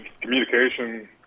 communication